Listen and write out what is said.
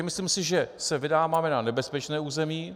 Myslím si, že se vydáváme na nebezpečné území.